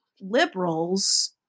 liberals